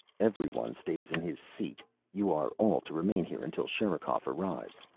everyone stay in his seat. you are all to remain here until sherikov arrives.